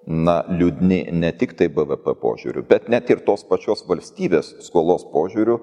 na liūdni ne tiktai bvp požiūriu bet net ir tos pačios valstybės skolos požiūriu